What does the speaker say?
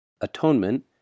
Atonement